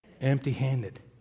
empty-handed